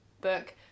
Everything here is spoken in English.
book